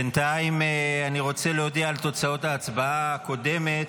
בינתיים אני רוצה להודיע על תוצאות ההצבעה הקודמת: